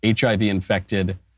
HIV-infected